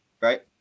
Right